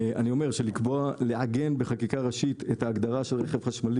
אני אומר שלגבי עיגון בחקיקה ראשית הגדרה של רכב חשמלי